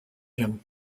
him